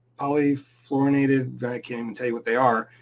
polyfluorinated vacuum, tell you what they are.